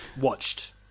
watched